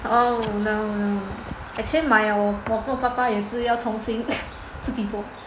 oh no no no actually my 我跟我爸爸也是要重新自己做